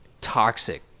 toxic